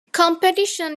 competition